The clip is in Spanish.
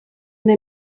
una